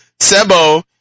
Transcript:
Sebo